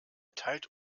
teilt